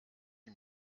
die